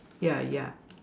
ya ya